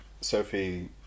Sophie